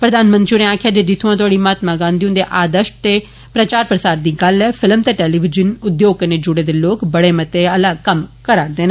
प्रधानमंत्री होरें आक्खेया जे जित्थूं तोड़ी महात्मा गांधी हन्दे आदर्शं दे प्रचार प्रसार दी गल्ला ऐ फिल्म ते टेलिविज़न उद्योग कन्नै ज्ड़े दे लोक बड़े महत्व आला कम्म करा रदे न